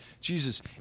Jesus